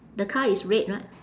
the car is red right